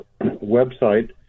website